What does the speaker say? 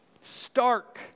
Stark